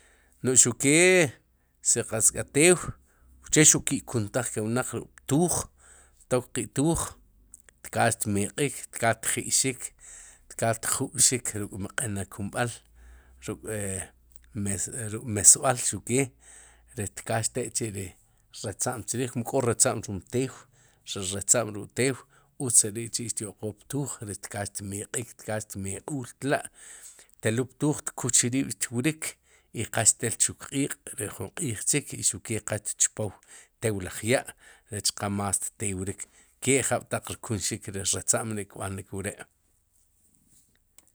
No'j xukee si qatz k'a tew xuq ki'kuntaj ke wnaq ruk'tuuj tok qe tuuj tkaal xtmeq'iik tkaal xtji'xik, tkaal xtjub'xik ruk'qe mq'ena kumb'al ruk'e ruk, mesbál xuke, rech tkaal xtel k'chi'ri ratzam chriij mu k'o ratza'm rom tew ri ratza'm rom tew utz re ri chi'xtyoqook ptuuj rech tkaal xtmeq'iik tkaal xmeq'uul tlá teluul ptuuj tkaal telul tkuch riib'y qa xtel chu kq'iiq'ri ju q'iij chik i xuq ke qa tchpow tew laj ya'rech qa más teurik ke jab'taq rkunxuk ri ratza'm ri kb'anik wre'.